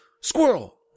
squirrel